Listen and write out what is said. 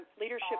leadership